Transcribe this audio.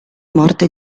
morte